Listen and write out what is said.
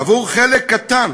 עבור חלק קטן